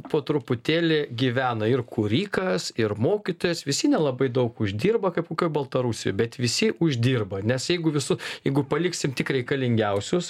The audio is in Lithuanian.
po truputėlį gyvena ir kūrikas ir mokytojas visi nelabai daug uždirba kaip kokioj baltarusijoj bet visi uždirba nes jeigu visu jeigu paliksim tik reikalingiausius